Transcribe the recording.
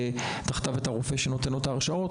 תחתיו את הרופא שנותן לו את ההרשאות,